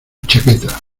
chaqueta